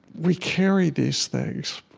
we carry these things.